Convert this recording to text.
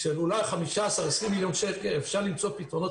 של אולי 15 20 מיליון שקל אפשר למצוא פתרונות